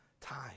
time